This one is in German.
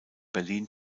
berlin